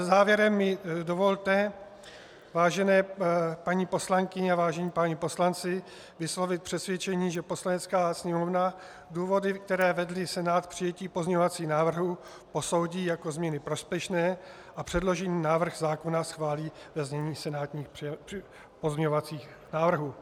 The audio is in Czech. Závěrem mi dovolte, vážené paní poslankyně a vážení páni poslanci, vyslovit přesvědčení, že Poslanecká sněmovna důvody, které vedly Senát k přijetí pozměňovacích návrhů, posoudí jako změny prospěšné a předložený návrh zákona schválí ve znění senátních pozměňovacích návrhů.